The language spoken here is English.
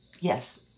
Yes